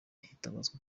hitabazwa